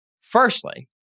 Firstly